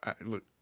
look